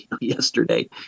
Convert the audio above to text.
yesterday